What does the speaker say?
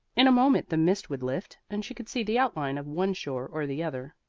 in a moment the mist would lift and she could see the outline of one shore or the other.